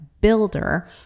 Builder